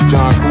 John